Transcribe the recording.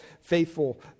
faithful